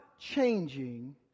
changing